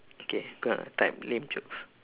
okay got enough time lame jokes